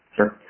Sure